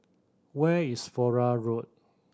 where is Flora Road